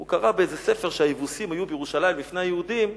הוא קרא באיזה ספר שהיבוסים היו בירושלים לפני היהודים,